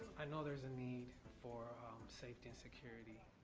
i know there's a need for safety and security,